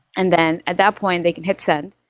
and then at that point they can hit send,